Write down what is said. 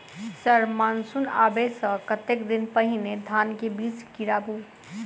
Sir monsoon आबै सऽ कतेक दिन पहिने धान केँ बीज गिराबू?